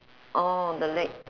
oh the leg